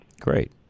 Great